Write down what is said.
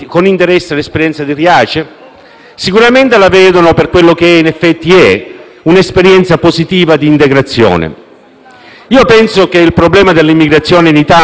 Sicuramente la vedono per quello che in effetti è: un'esperienza positiva di integrazione. Penso che il problema dell'immigrazione in Italia non riguardi il numero degli arrivi.